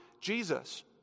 Jesus